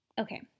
okay